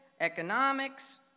economics